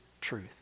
truth